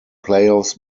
playoffs